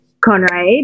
Conrad